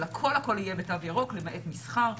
אבל הכול הכול יהיה בתו ירוק למעט מסחר,